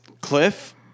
Cliff